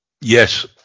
Yes